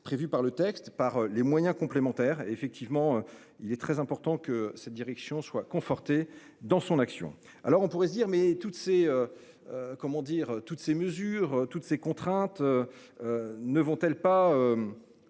prévues par le texte par les moyens complémentaires effectivement il est très important que cette direction soit conforté dans son action. Alors on pourrait se dire, mais toutes ces. Comment dire. Toutes ces mesures, toutes ces contraintes. Ne vont-elles pas.